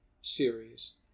series